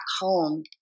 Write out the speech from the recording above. home